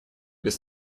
без